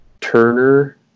Turner